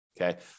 okay